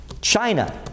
China